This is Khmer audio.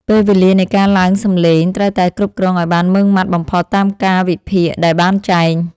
ពេលវេលានៃការឡើងសម្ដែងត្រូវតែគ្រប់គ្រងឱ្យបានម៉ឺងម៉ាត់បំផុតតាមកាលវិភាគដែលបានចែង។